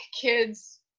kids